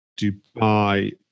Dubai